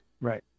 Right